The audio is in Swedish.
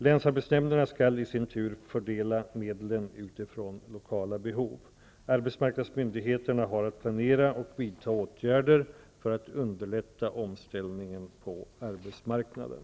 Länsarbetsnämnderna skall i sin tur fördela medlen utifrån lokala behov. Arbetsmarknadsmyndigheterna har att planera och vidta åtgärder för att underlätta omställningen på arbetsmarknaden.